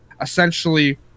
Essentially